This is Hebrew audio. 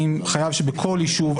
האם חייב שבכל יישוב,